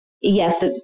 Yes